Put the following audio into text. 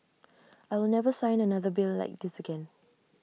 I will never sign another bill like this again